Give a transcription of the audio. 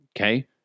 okay